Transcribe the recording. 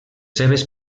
seves